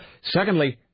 Secondly